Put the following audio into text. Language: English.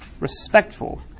respectful